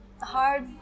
hard